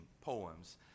poems